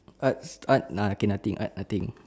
arts arts nah okay nothing ah nothing